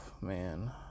man